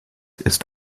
ist